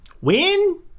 Win